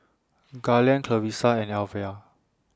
Garland Clarissa and Alvia